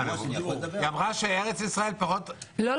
היא אמרה שארץ ישראל פחות- - לא,